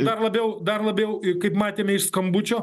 dar labiau dar labiau kaip matėme iš skambučio